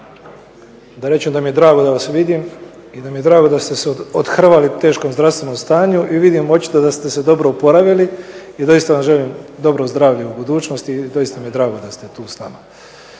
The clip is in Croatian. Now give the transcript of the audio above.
da rečem da mi je drago da vas vidim i da mi je drago da ste se odhrvali teškom zdravstvenom stanju i vidim očito da ste se dobro oporavili i doista vam želim dobro zdravlje u budućnosti i doista mi je drago da ste tu s nama.